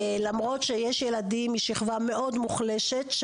למרות שיש ילדים משכבת אוכלוסייה מאוד מוחלשת,